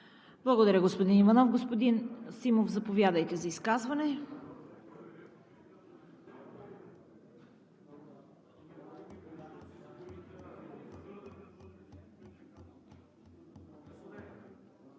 Благодаря, господин Иванов. Господин Симов, заповядайте за изказване.